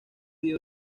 dio